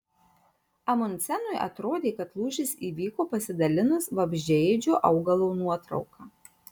amundsenui atrodė kad lūžis įvyko pasidalinus vabzdžiaėdžio augalo nuotrauka